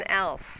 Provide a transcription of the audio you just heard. else